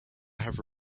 have